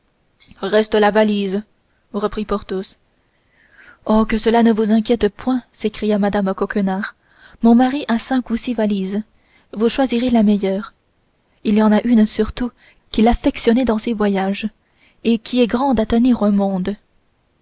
reste la valise reprit porthos oh que cela ne vous inquiète point s'écria mme coquenard mon mari a cinq ou six valises vous choisirez la meilleure il y en a une surtout qu'il affectionnait dans ses voyages et qui est grande à tenir un monde